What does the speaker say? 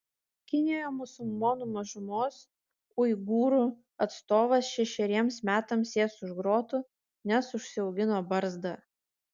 kinijoje musulmonų mažumos uigūrų atstovas šešeriems metams sės už grotų nes užsiaugino barzdą